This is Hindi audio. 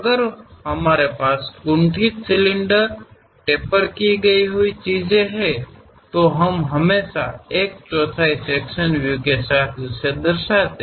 अगर हमारे पास कुंठित सिलेंडर टेपर की गई कोई चीजें हैं तो हम हमेशा एक चौथाई सेक्शन व्यू के साथ उसे दर्शाते हैं